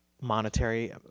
monetary